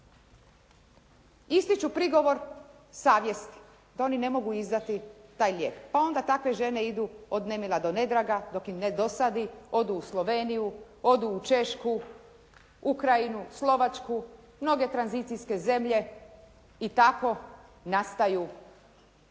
ističu prigovor savjesti da oni ne mogu izdati taj lijek, pa onda takve žene idu od nemila do nedraga dok im ne dosadi. Odu u Sloveniju, odu u Češku, Ukrajinu, Slovačku, mnoge tranzicijske zemlje i tako nastaju